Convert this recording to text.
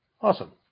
Awesome